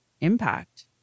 impact